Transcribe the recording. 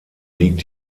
liegt